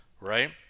right